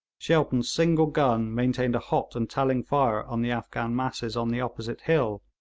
shelton's single gun maintained a hot and telling fire on the afghan masses on the opposite hill,